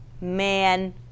man